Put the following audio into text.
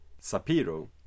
Sapiro